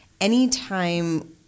Anytime